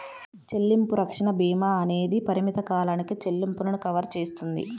చెల్లింపు రక్షణ భీమా అనేది పరిమిత కాలానికి చెల్లింపులను కవర్ చేస్తుంది